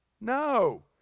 No